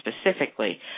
specifically